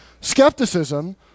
skepticism